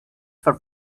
for